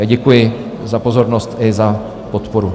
Děkuji za pozornost i za podporu.